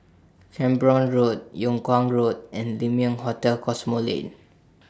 Camborne Road Yung Kuang Road and Lai Ming Hotel Cosmoland